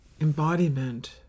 embodiment